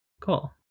Cool